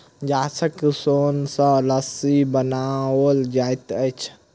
गाछक सोन सॅ रस्सी बनाओल जाइत अछि